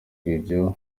ibyo